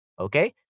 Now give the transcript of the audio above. okay